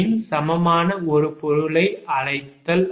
மின் சமமான ஒரு பொருளை அழைத்தல்